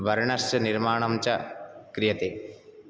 वर्णस्य निर्माणं च क्रियते